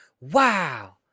Wow